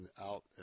out